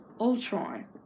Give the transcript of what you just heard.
Ultron